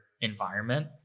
environment